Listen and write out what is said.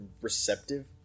receptive